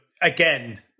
again